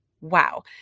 Wow